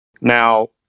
Now